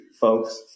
folks